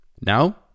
Now